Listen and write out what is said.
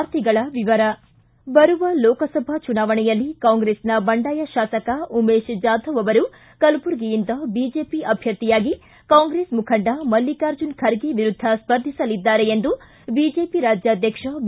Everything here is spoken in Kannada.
ವಾರ್ತೆಗಳ ವಿವರ ಬರುವ ಲೋಕಸಭಾ ಚುನಾವಣೆಯಲ್ಲಿ ಕಾಂಗ್ರೆಸ್ನ ಬಂಡಾಯ ಶಾಸಕ ಉಮೇಶ ಜಾಧವ್ ಅವರು ಕಲಬುರಗಿಯಿಂದ ಬಿಜೆಪಿ ಅಭ್ಯರ್ಥಿಯಾಗಿ ಕಾಂಗ್ರೆಸ್ ಮುಖಂಡ ಮಲ್ಲಕಾರ್ಜುನ ಖರ್ಗೆ ವಿರುದ್ಧ ಸ್ಫರ್ಧಿಸಲಿದ್ದಾರೆ ಎಂದು ಬಿಜೆಪಿ ರಾಜ್ಯಾಧ್ಯಕ್ಷ ಬಿ